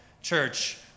church